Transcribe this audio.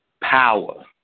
power